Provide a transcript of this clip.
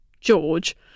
George